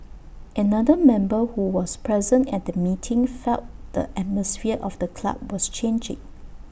another member who was present at the meeting felt the atmosphere of the club was changing